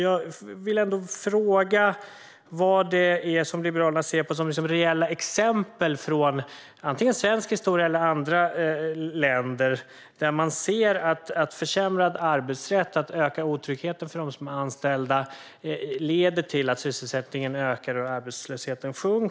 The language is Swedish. Jag vill ändå fråga vilka reella exempel Liberalerna har, antingen från svensk historia eller från andra länder, där man ser att försämrad arbetsrätt och ökad otrygghet för dem som är anställda leder till att sysselsättningen ökar och arbetslösheten minskar.